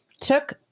took